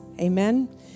Amen